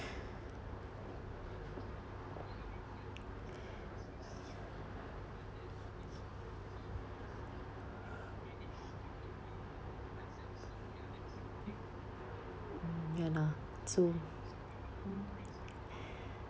mm ya lah so